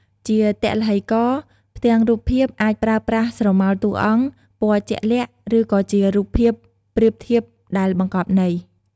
ជាទឡ្ហីករណ៍ ផ្ទាំងរូបភាពអាចប្រើប្រាស់ស្រមោលតួអង្គ ពណ៌ជាក់លាក់ ឬក៏ជារូបភាពប្រៀបធៀបដែលបង្កប់ន័យ ។